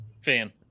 Fan